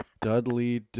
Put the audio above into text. Dudley